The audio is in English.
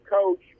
coach